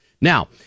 Now